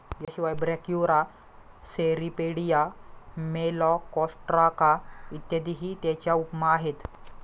याशिवाय Brachyura, Cirripedia, Malacostraca इत्यादीही त्याच्या उपमा आहेत